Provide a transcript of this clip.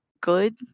good